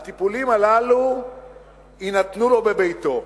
הטיפולים הללו יינתנו לו בביתו.